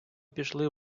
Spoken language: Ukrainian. пішли